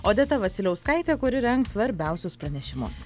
odeta vasiliauskaitė kuri rengs svarbiausius pranešimus